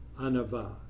Anava